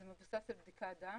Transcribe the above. זה מבוסס על בדיקת דם,